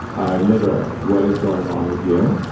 ah liver, what is going on with you?